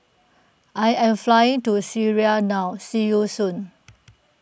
I am flying to Syria now see you soon